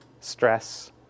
stress